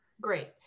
Great